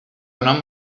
nom